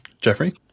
Jeffrey